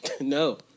No